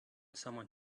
someone